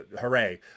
hooray